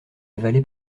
avalé